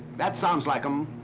that sounds like them.